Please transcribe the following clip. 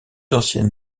ancienne